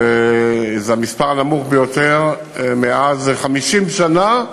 וזה המספר הנמוך ביותר זה 50 שנה,